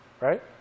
right